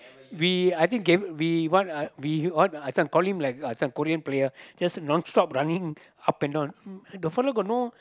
we I think came want we call him some Korean player just run up and down the fella got no